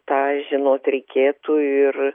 tą žinot reikėtų ir